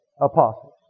apostles